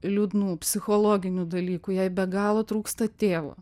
liūdnų psichologinių dalykų jai be galo trūksta tėvo